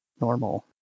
normal